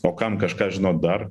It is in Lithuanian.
o kam kažką žinot dar